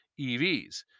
EVs